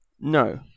No